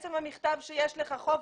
עצם המכתב שיש לך חוב,